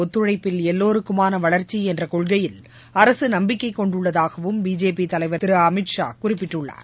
ஒத்துழைப்பில் எல்லோருக்குமான வளர்ச்சி என்ற கொள்கையில் அரசு நம்பிக்கை கொண்டுள்ளதாகவும் பிஜேபி தலைவர் திரு அமித்ஷா குறிப்பிட்டுள்ளார்